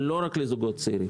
אגב, לא רק לזוגות צעירים